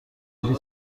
ولی